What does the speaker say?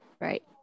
right